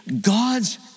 God's